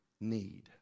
need